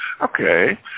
okay